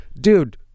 Dude